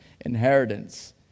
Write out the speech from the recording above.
inheritance